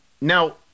now